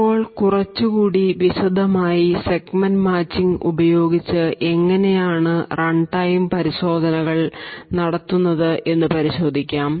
ഇപ്പോൾ കുറച്ചുകൂടി വിശദമായി സെഗ്മെന്റ് മാച്ചിംഗ് ഉപയോഗിച്ച് എങ്ങനെ ഈ റൺടൈം പരിശോധനകൾ നടത്തും എന്ന് പരിശോധിക്കാം